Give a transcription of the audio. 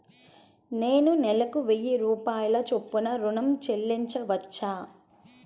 నేను నెలకు వెయ్యి రూపాయల చొప్పున ఋణం ను చెల్లించవచ్చా?